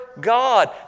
God